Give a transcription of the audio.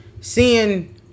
seeing